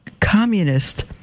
communist